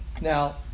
Now